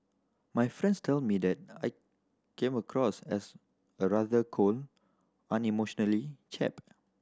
my friends tell me that I came across as a rather cold unemotionally chap